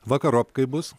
vakarop kaip bus